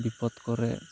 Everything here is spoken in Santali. ᱵᱤᱯᱚᱛ ᱠᱚᱨᱮ